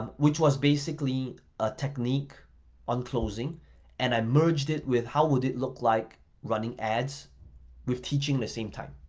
um which was basically a technique on closing and i merged it with how would it look like running ads with teaching the same time?